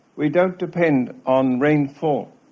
we don't depend on rainfall,